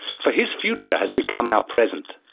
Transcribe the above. for his future has become our present.